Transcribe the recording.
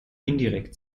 indirekt